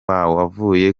avuye